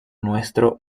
nuestro